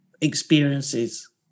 experiences